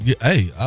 Hey